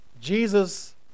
Jesus